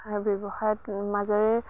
ব্যৱসায়ত মাজেৰে